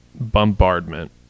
Bombardment